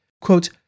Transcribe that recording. Quote